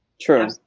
True